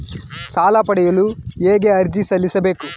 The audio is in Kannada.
ಸಾಲ ಪಡೆಯಲು ಹೇಗೆ ಅರ್ಜಿ ಸಲ್ಲಿಸಬೇಕು?